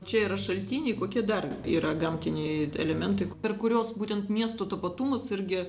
čia yra šaltiniai kokie dar yra gamtiniai elementai per kuriuos būtent miesto tapatumas irgi